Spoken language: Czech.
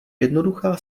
jednoduchá